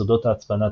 סודות ההצפנה,